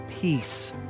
peace